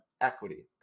equity